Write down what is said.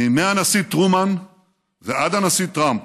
מימי הנשיא טרומן ועד הנשיא טראמפ